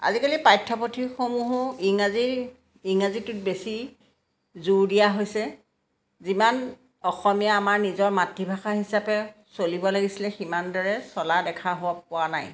আজিকালি পাঠ্যপথিসমূহো ইংৰাজী ইংৰাজীটোত বেছি জোৰ দিয়া হৈছে যিমান অসমীয়া আমাৰ নিজৰ মাতৃভাষা হিচাপে চলিব লাগিছিলে সিমানদৰে চলা দেখা হোৱা পোৱা নাই